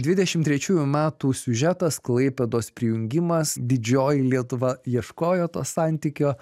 dvidešim trečiųjų metų siužetas klaipėdos prijungimas didžioji lietuva ieškojo to santykio